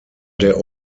der